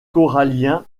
coralliens